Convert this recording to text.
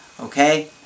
Okay